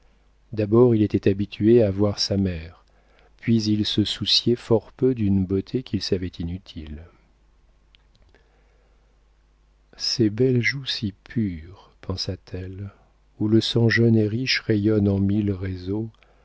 d'abord il était habitué à voir sa mère puis il se souciait fort peu d'une beauté qu'il savait inutile ces belles joues si pures pensa-t-elle où le sang jeune et riche rayonne en mille réseaux